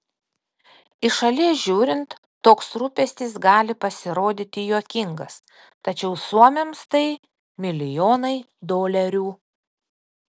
iš šalies žiūrint toks rūpestis gali pasirodyti juokingas tačiau suomiams tai milijonai dolerių